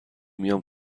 میام